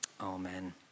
Amen